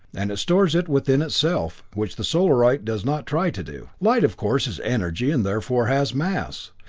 and it stores it within itself, which the solarite does not try to do. light of course, is energy, and therefore, has mass.